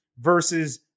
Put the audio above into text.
versus